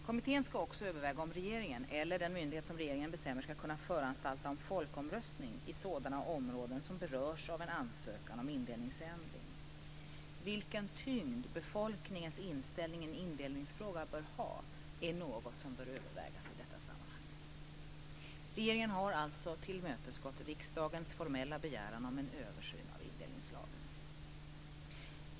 Kommittén ska också överväga om regeringen, eller den myndighet som regeringen bestämmer, ska kunna föranstalta om folkomröstning i sådana områden som berörs av en ansökan om indelningsändring. Vilken tyngd befolkningens inställning i en indelningsfråga bör ha är något som bör övervägas i detta sammanhang. Regeringen har alltså tillmötesgått riksdagens formella begäran om en översyn av indelningslagen.